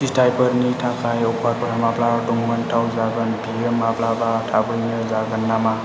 फिथाइफोरनि थाखाय अफारफोरा माब्ला दंमोनथाव जागोन बियो माब्लाबा थाबैनो जागोन नामा